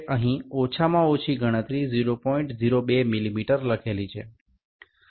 এছাড়াও আপনি দেখতে পারেন এখানে ন্যূনতম পরিমাপ লেখা আছে ০০২ মিমি